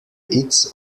its